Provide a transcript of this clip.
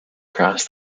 cross